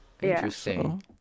interesting